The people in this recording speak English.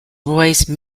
royce